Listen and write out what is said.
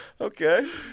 Okay